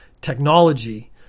technology